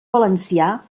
valencià